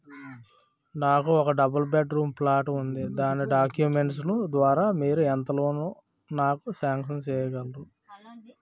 నాకు ఒక double bedroom flat ఉంది దాని డాక్యుమెంట్స్ లు ద్వారా మీరు ఎంత లోన్ నాకు సాంక్షన్ చేయగలరు?